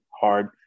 hard